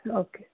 okay